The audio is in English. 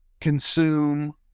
consume